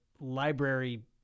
library